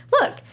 look